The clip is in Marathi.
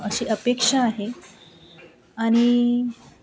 अशी अपेक्षा आहे आणि